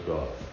God